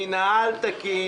מנהל תקין